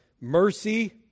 mercy